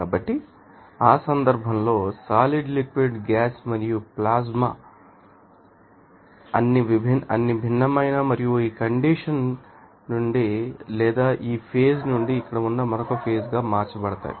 కాబట్టి ఆ సందర్భంలో సాలిడ్ లిక్విడ్ గ్యాస్ మరియు ప్లాస్మా అన్నీ భిన్నమైనవి మరియు ఈ కండిషన్ నుండి లేదా ఈ ఫేజ్ నుండి ఇక్కడ ఉన్న మరొక ఫేజ్ గా మార్చబడతాయి